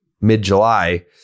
mid-July